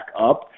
up